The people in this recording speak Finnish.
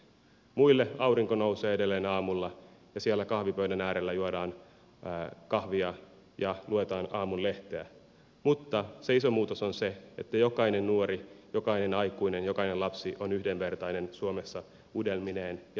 muille aurinko nousee edelleen aamulla ja siellä kahvipöydän äärellä juodaan kahvia ja luetaan aamun lehteä mutta se iso muutos on se että jokainen nuori jokainen aikuinen jokainen lapsi on yhdenvertainen suomessa unelmineen ja toivoineen